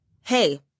hey